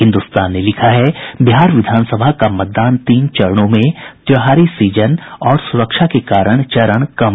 हिन्दुस्तान ने लिखा है बिहार विधानसभा का मतदान तीन चरणों में त्योहारी सीजन और सुरक्षा के कारण चरण कम